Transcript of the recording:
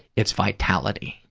it's vitality.